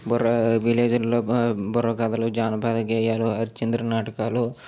బుర్ర విలేజ్లో బుర్రకథలు జానపద గేయాలు హరిశ్చంద్ర నాటకాలు